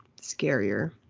scarier